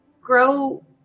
Grow